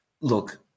Look